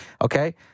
Okay